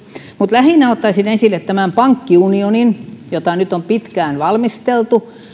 mutta lähinnä ottaisin esille tämän pankkiunionin jota nyt on pitkään valmisteltu